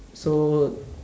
so